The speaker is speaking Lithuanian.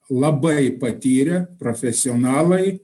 labai patyrę profesionalai